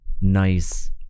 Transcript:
nice